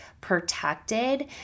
protected